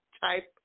type